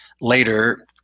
later